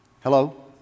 Hello